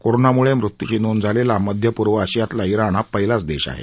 कोरोनामुळे मृत्यूची नोंद झालेला मध्यपूर्व आशियातला इराण हा पहिलाच देश आहे